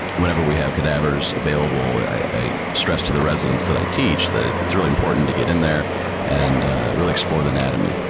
whenever we have cadavers available, i stress to the residents that i teach that it's really important to get in there and really explore the anatomy.